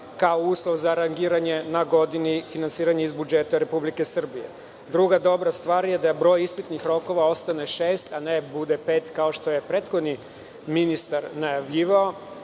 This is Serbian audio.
uslov za rangiranje na godini finansiranje iz budžeta Republike Srbije. Druga dobra stvar je da broj ispitnih rokova ostane šest, a ne bude pet kao što je prethodni ministar najavljivao.